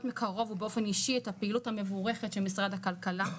מקרוב ובאופן אישי את הפעילות המבורכת של משרד הכלכלה,